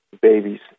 babies